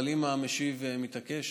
אבל אם המשיב מתעקש,